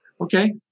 okay